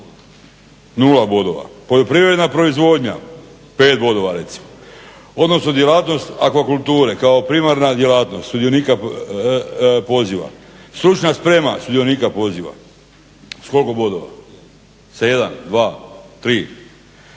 Nula bodova. Poljoprivredna proizvodnja, 5 bodova recimo. Odnos djelatnost akvakulture kao primarna djelatnost sudionika poziva, stručna sprema sudionika poziva. S koliko bodova? Sa jedan, dva, tri?